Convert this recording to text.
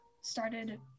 started